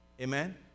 Amen